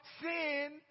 sin